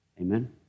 Amen